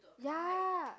ya